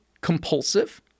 compulsive